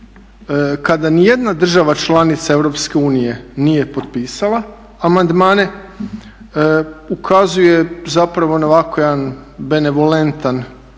kada ni jedna država članica EU nije potpisala amandmane ukazuje zapravo na ovako jedan benevolentan